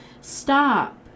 Stop